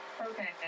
Okay